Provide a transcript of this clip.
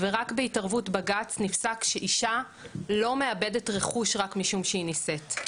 ורק בהתערבות בג"צ נפסק שאישה לא מאבדת רכוש רק משום שהיא נישאת.